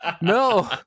no